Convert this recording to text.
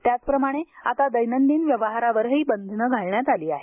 त्याचप्रमाणे आता दैनंदिन व्यवहारावरही बंधनं घालण्यात आली आहे